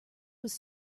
was